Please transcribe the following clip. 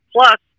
Plus